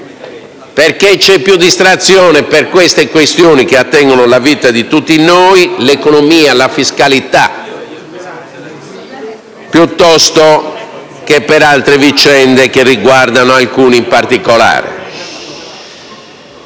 infatti più distrazione per tali questioni, che attengono alla vita di tutti noi - l'economia, la fiscalità - piuttosto che per altre vicende che riguardano alcuni in particolare.